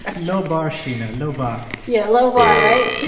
ah low bar, sheena, low bar yeah, low bar, right?